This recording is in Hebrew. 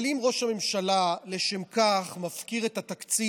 אבל אם ראש הממשלה מפקיר לשם כך את התקציב,